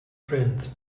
friend